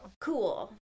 Cool